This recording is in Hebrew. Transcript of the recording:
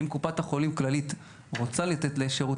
אם קופת החולים כללית רוצה לתת שירות